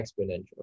exponential